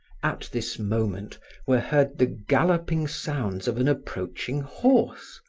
at this moment were heard the galloping sounds of an approaching horse.